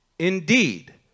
Indeed